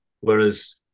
whereas